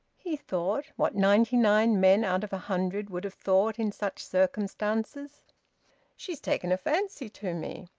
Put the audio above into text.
he thought, what ninety-nine men out of a hundred would have thought in such circumstances she's taken a fancy to me!